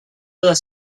their